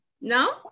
no